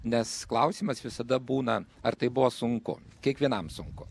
nes klausimas visada būna ar tai buvo sunku kiekvienam sunku